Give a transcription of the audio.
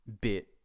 bit